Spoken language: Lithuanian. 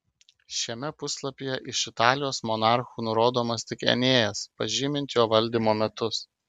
šiame puslapyje iš italijos monarchų nurodomas tik enėjas pažymint jo valdymo metus